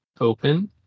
open